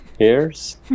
hairs